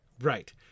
Right